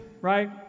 right